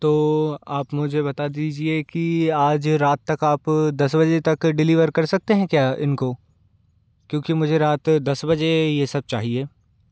तो आप मुझे बता दीजिए कि आज रात तक आप दस बजे तक डिलीवर कर सकते हैं क्या इनको क्यूोंकि मुझे रात दस बजे ये सब चाहिए